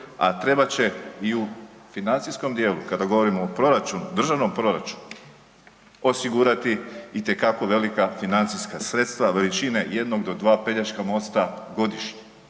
a trebat će i u financijskom dijelu kada govorimo o proračunu, državnom proračunu, osigurati itekako velika financijska sredstva veličine jednog do dva Pelješka mosta godišnje